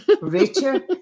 Richard